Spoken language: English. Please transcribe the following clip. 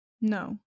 No